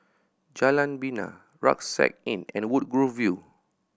Jalan Bena Rucksack Inn and Woodgrove View